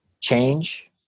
change